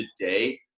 today